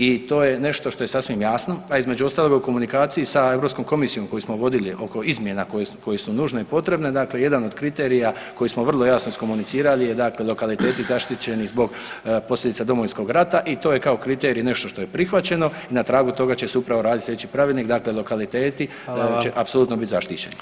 I to je nešto što je sasvim jasno, a između ostalog u komunikaciji sa Europskom komisijom koju smo vodili oko izmjena koje su nužne i potrebne, dakle jedan od kriterija koji smo vrlo jasno iskomunicirali je dakle lokaliteti zaštićeni zbog posljedica Domovinskog rata i to je kao kriterij nešto što je prihvaćeno i na tragu toga će se upravo radit slijedeći pravilnik, dakle lokaliteti će apsolutno bit zaštićeni.